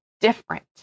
different